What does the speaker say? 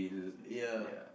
ya